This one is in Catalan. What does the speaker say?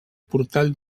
portal